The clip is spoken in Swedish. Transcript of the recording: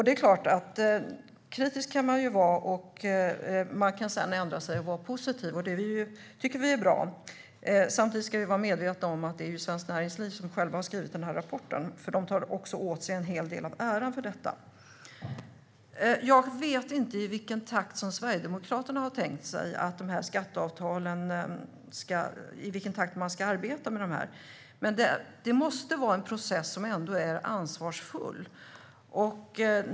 Det är klart att man kan vara kritisk och sedan ändra sig och vara positiv. Det tycker vi är bra. Samtidigt ska vi vara medvetna om att det är Svenskt Näringsliv som har skrivit rapporten, och de tar också åt sig en hel del av äran för detta. Jag vet inte i vilken takt Sverigedemokraterna har tänkt sig att regeringen ska arbeta med skatteavtalen. Men det måste ändå vara en process som är ansvarsfull.